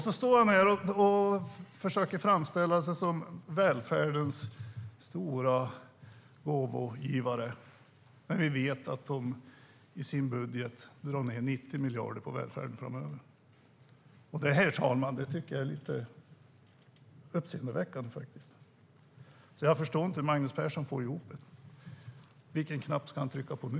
Nu står han här och försöker framställa sig som välfärdens stora gåvogivare, när vi vet att Sverigedemokraterna i sin budget drar ned 90 miljarder på välfärden framöver. Det här, herr talman, tycker jag är lite uppseendeväckande. Jag förstår inte hur Magnus Persson får ihop det. Vilken knapp ska han trycka på nu?